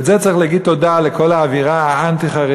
וכאן צריך להגיד תודה לכל האווירה האנטי-חרדית,